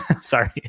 Sorry